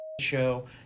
show